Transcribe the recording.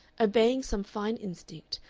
obeying some fine instinct,